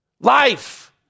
Life